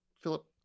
Philip